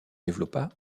développa